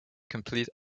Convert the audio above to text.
complete